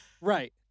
Right